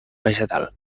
vegetal